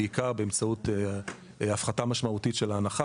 בעיקר באמצעות הפחתה משמעותית של ההנחה.